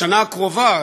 בשנה הקרובה,